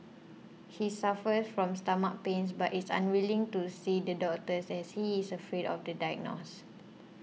he suffers from stomach pains but is unwilling to see the doctors as he is afraid of the diagnose